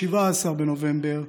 17 בנובמבר,